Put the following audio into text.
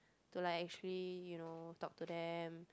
to like actually you know talk to them